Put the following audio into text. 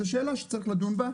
זו שאלה שצריך לדון בה.